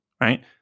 right